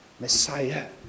Messiah